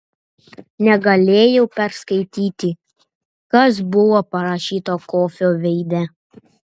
negalėjau perskaityti kas buvo parašyta kofio veide